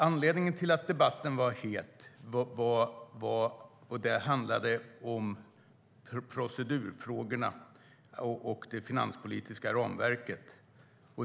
Anledningen till att debatten var het var att den handlade om procedurfrågor och det finanspolitiska ramverket.